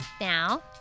now